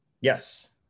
Yes